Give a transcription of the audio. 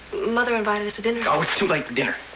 mother invited us to dinner. oh, it's too late for dinner.